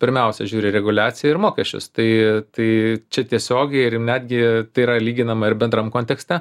pirmiausia žiūri reguliaciją ir mokesčius tai tai čia tiesiogiai ir netgi tai yra lyginama ir bendram kontekste